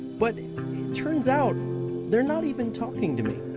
but it turns out they're not even talking to me.